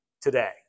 today